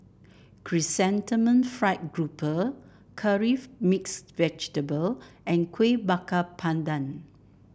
Chrysanthemum Fried Grouper Curry Mixed Vegetable and Kuih Bakar Pandan